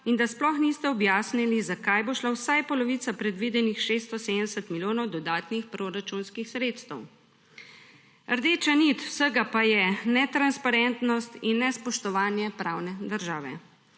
in da sploh niste objasnili, za kaj bo šla vsaj polovica predvidenih 670 milijonov dodatnih proračunskih sredstev. Rdeča nič vsega pa je netransparentnost in nespoštovanje pravne države.